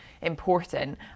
important